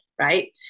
right